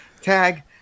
tag